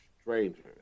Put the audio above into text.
Strangers